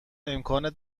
امکان